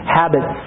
habits